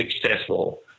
successful